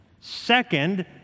Second